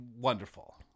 wonderful